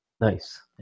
Nice